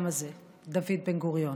בן-גוריון.